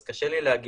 אז קשה לי להגיד,